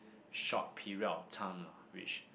short period of time lah which